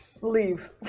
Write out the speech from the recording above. leave